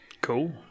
Cool